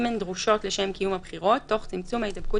אם הן דרושות לשם קיום הבחירות תוך צמצום ההידבקות